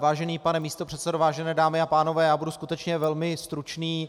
Vážený pane místopředsedo, vážené dámy a pánové, já budu skutečně velmi stručný.